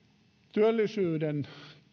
työllisyyden